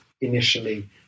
initially